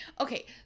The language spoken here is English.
Okay